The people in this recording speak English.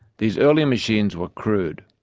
these early machines were crude.